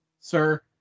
sir